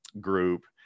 group